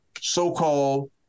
so-called